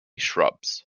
shrubs